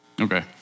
Okay